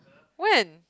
when